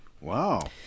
Wow